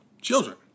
children